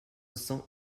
cents